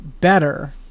better